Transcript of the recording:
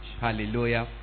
Hallelujah